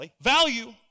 value